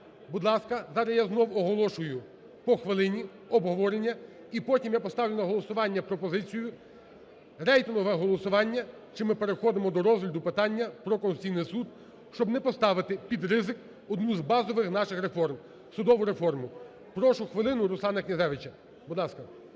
Будь ласка, зараз я знову оголошую по хвилині обговорення і потім я поставлю на голосування пропозицію, рейтингове голосування, чи ми переходимо до розгляду питання про Конституційний Суд, щоб не поставити під ризик одну з базових наших реформ – судову реформу. Прошу, хвилину Руслану Князевичу.